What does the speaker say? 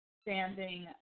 standing